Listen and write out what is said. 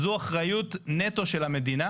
זו אחריות נטו של המדינה.